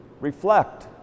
reflect